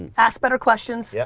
and ask better questions, yeah